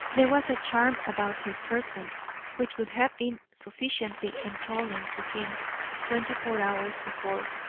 there was a charm about her person which would have been sufficiently enthralling to him twenty-four hours before,